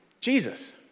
Jesus